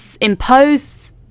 impose